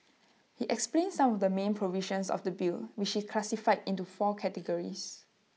he explained some of the main provisions of the bill which he classified into four key categories